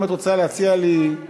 אם את רוצה להציע לי, תודה.